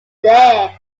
there